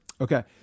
Okay